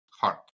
heart